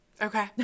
Okay